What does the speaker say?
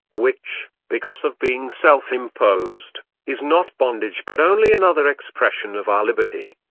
which, because of being self-imposed, is not bondage but only another expression of our liberty.